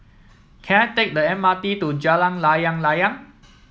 can I take the M R T to Jalan Layang Layang